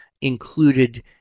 included